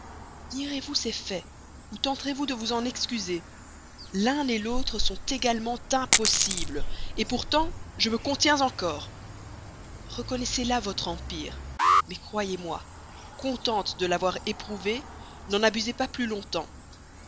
nierez-vous ces faits ou tenterez vous de vous en excuser l'un l'autre sont également impossible pourtant je me contiens encore reconnaissez là votre empire mais croyez-moi contente de l'avoir éprouvé n'en abusez pas plus longtemps